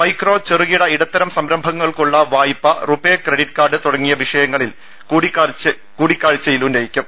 micro ചെറുകിട ഇടത്തരം സംരംഭങ്ങൾക്കുള്ള വായ്പ്പ റുപേ ക്രഡിറ്റ് കാർഡ് തുടങ്ങിയ വിഷയങ്ങൾ കൂടിക്കാഴ്ച്ചയിൽ ചർച്ചയാകും